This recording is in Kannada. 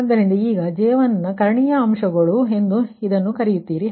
ಆದ್ದರಿಂದ ಈಗ J1 ನ ಕರ್ಣೀಯ ಅಂಶಗಳು ಎಂದು ನೀವು ಕರೆಯುತ್ತೀರಿ